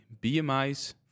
BMIs